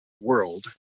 world